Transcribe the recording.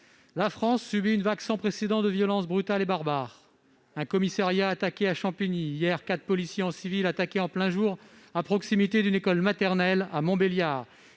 la France subit une vague sans précédent de violences brutales et barbares : un commissariat attaqué à Champigny-sur-Marne, quatre policiers en civil attaqués, hier, en plein jour et à proximité d'une école maternelle, à Montbéliard